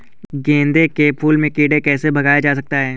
गेंदे के फूल से कीड़ों को कैसे भगाया जा सकता है?